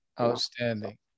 Outstanding